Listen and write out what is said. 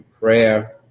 prayer